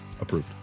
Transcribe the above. Approved